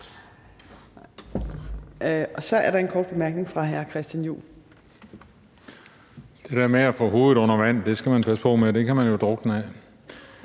Så er der en kort bemærkning fra hr. Christian Juhl. Kl. 18:54 Christian Juhl (EL): Det der med at få hovedet under vand skal man passe på med, det kan man jo drukne af.